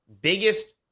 biggest